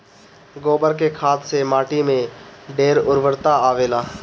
गोबर के खाद से माटी में ढेर उर्वरता आवेला